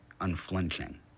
unflinching